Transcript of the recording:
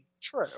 True